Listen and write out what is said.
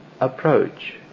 approach